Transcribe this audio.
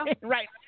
Right